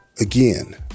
Again